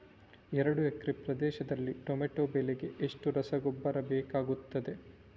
ಎರಡು ಎಕರೆ ಪ್ರದೇಶದಲ್ಲಿ ಟೊಮ್ಯಾಟೊ ಬೆಳೆಗೆ ಎಷ್ಟು ರಸಗೊಬ್ಬರ ಬೇಕಾಗುತ್ತದೆ?